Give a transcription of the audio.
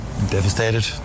Devastated